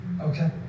okay